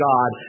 God